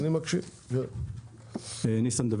כן, ניסן.